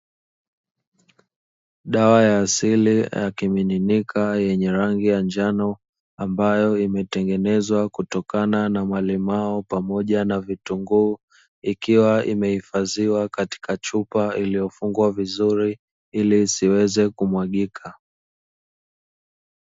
Dawa ya asili ya kimiminika yenye rangi ya njano, ambayo imetengenezwa kutokana na malimao pamoja na vitunguu, ikiwa imehifadhiwa katika chupa iliyofungwa vizuri ili isiweze kumwagika.